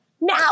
now